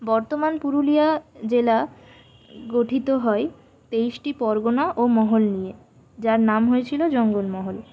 বর্তমান পুরুলিয়া জেলা গঠিত হয় তেইশটি পরগনা ও মহল নিয়ে যার নাম হয়েছিল জঙ্গলমহল